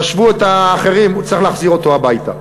תשוו את האחרים, צריך להחזיר אותו הביתה.